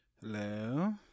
Hello